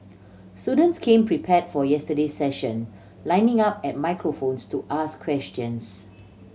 students came prepared for yesterday's session lining up at microphones to ask questions